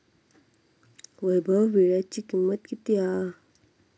वैभव वीळ्याची किंमत किती हा?